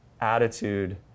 attitude